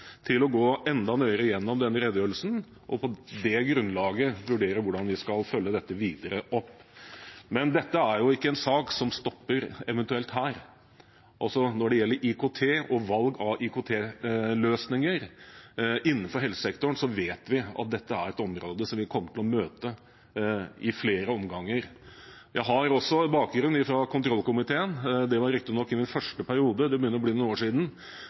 til å gå enda nøyere igjennom redegjørelsen og på det grunnlaget vurdere hvordan vi skal følge det videre opp. Men dette er jo ikke en sak som eventuelt stopper her. Når det gjelder IKT og valg av IKT-løsninger innenfor helsesektoren, vet vi at dette er et område vi kommer til å møte i flere omganger. Jeg har også bakgrunn fra kontrollkomiteen – det var riktig nok i min første periode, og det begynner å bli noen år siden